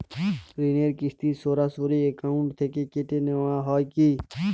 ঋণের কিস্তি সরাসরি অ্যাকাউন্ট থেকে কেটে নেওয়া হয় কি?